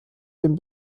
dem